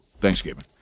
Thanksgiving